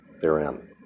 therein